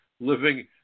living